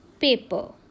paper